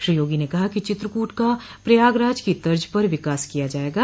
श्री योगी ने कहा कि चित्रकूट का प्रयागराज की तर्ज पर विकास किया जायेगा